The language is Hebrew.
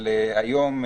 אבל היום,